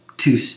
two